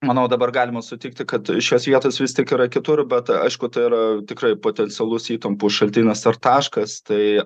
manau dabar galime sutikti kad šios vietos vis tik yra kitur bet aišku tai yra tikrai potencialus įtampų šaltinis ar taškas tai